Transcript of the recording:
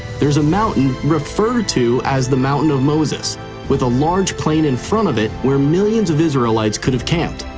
there's a mountain referred to as the mountain of moses with a large plain in front of it where millions of israelites could have camped.